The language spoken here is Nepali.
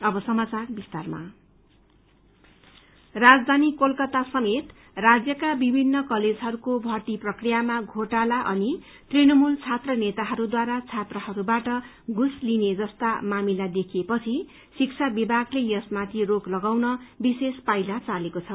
एडमिशन राजधानी कोलकता समेत राज्यका विभिन्न कलेजहरूको भर्ती प्रक्रियामा घोटाला अनि तृणमूल छात्र नेताहरूद्वारा छात्रहरूबाट घूस लिने जस्ता मामिला देखिएपछि शिक्षा विभागले यसमाथि रोक लगाउने विशेष कदम उठएको छ